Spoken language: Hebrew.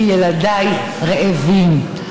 כי ילדיי רעבים.